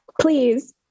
please